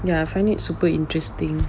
ya I find it super interesting